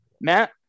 Matt